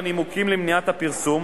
באשר לנימוקים למניעת הפרסום